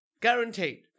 Guaranteed